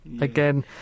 again